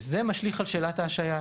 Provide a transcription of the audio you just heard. וזה משליך על שאלת ההשעיה.